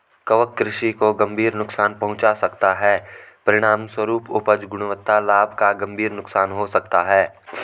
कवक कृषि को गंभीर नुकसान पहुंचा सकता है, परिणामस्वरूप उपज, गुणवत्ता, लाभ का गंभीर नुकसान हो सकता है